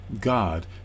God